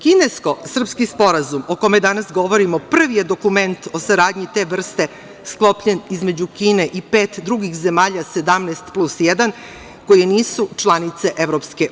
Kinesko-srpski sporazum o kome danas govorimo, prvi je dokument o saradnji te vrste, sklopljen između Kine i pet drugih zemalja, 17 plus jedan, koje nisu članice EU.